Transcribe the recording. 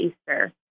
Easter